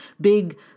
big